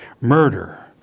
murder